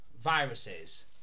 viruses